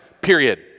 period